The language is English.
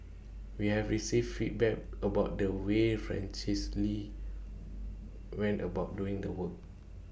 we have received feedback about the way Francis lee went about doing the work